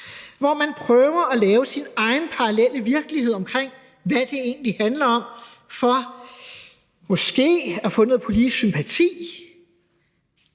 hvor man prøver at lave sin egen parallelle virkelighed omkring, hvad det egentlig handler om, for måske at få noget politisk sympati,